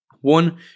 One